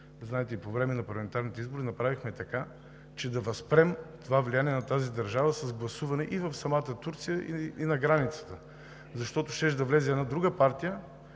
по време на парламентарните избори, направихме така, че да възпрем това влияние на тази държава с гласуване и в самата Турция, и на границата, защото щеше да влезе една друга партия,